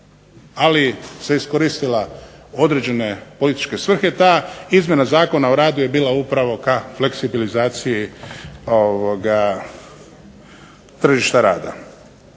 ali se iskoristila u određene političke svrhe. Ta izmjena Zakona o radu je bila upravo ka fleksibilizaciji tržišta rada.